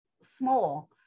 small